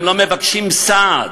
הם לא מבקשים סעד.